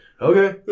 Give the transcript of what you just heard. okay